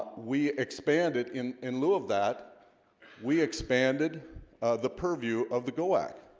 we expanded in in lieu of that we expanded the purview of the go ack.